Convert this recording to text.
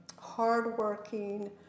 hardworking